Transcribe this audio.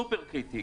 סופר קריטי,